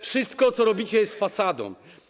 Wszystko, co robicie, jest fasadą.